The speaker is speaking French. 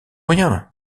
rien